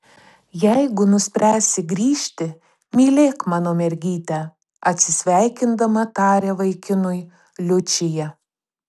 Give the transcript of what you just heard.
jeigu nuspręsi grįžti mylėk mano mergytę atsisveikindama taria vaikinui liučija